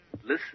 listen